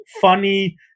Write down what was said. funny